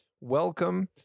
welcome